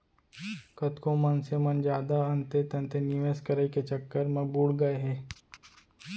कतको मनसे मन जादा अंते तंते निवेस करई के चक्कर म बुड़ गए हे